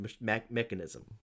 mechanism